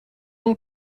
اون